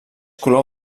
color